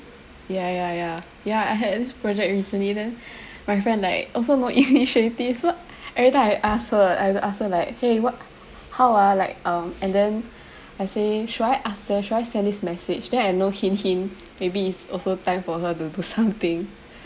ya ya ya ya I had this project recently then my friend like also no initiative so every time I ask her I have to ask her like !hey! what h~ h~ how ah like um and then I say should I ask them should I send this message then I know hint hint maybe it's also time for her to do something